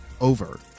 over